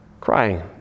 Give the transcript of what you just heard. crying